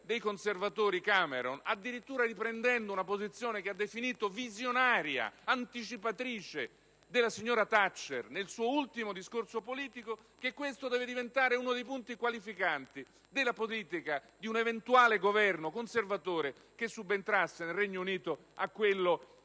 dei Conservatori Cameron ha dichiarato (addirittura riprendendo una posizione, che ha definito visionaria ed anticipatrice, della signora Thatcher, nel suo ultimo discorso politico) che questo deve diventare uno dei punti qualificanti della politica di un eventuale Governo conservatore che subentrasse nel Regno Unito a quello